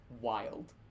wild